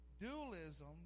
dualism